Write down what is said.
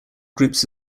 groups